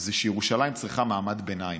זה שירושלים צריכה מעמד ביניים.